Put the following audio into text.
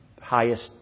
highest